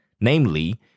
namely